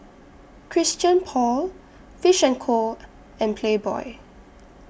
Christian Paul Fish and Co and Playboy